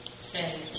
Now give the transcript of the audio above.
say